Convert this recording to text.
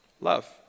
Love